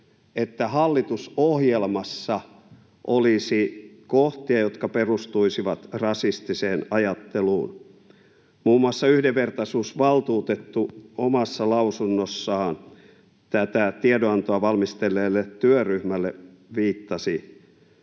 että hallitusohjelmassa olisi kohtia, jotka perustuisivat rasistiseen ajatteluun. Muun muassa yhdenvertaisuusvaltuutettu omassa lausunnossaan tätä tiedonantoa valmistelleelle työryhmälle viittasi